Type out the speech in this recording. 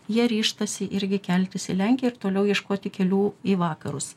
jie ryžtasi irgi keltis į lenkiją ir toliau ieškoti kelių į vakarus